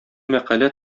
мәкалә